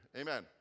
Amen